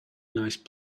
nice